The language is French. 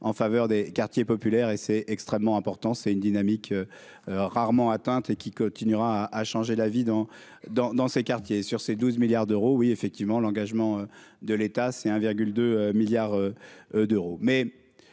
en faveur des quartiers populaires et c'est extrêmement important, c'est une dynamique rarement atteinte et qui continuera à changer la vie, dans, dans, dans ces quartiers, sur ces 12 milliards d'euros, oui, effectivement, l'engagement de l'État, c'est 1 virgule 2 milliards d'euros,